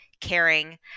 caring